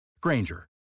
Granger